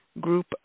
group